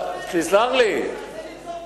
אתה צודק, אבל צריך לנזוף בשר,